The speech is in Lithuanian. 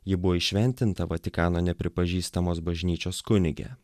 ji buvo įšventinta vatikano nepripažįstamos bažnyčios kunige